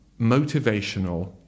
motivational